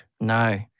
No